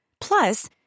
Plus